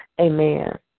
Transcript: Amen